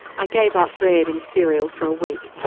i gave up bread and cereal for a week.